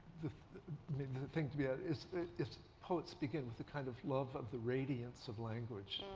the thing to me ah is is poets begin with the kind of love of the radiance of language.